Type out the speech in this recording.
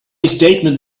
statement